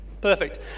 perfect